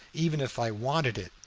even if i wanted it,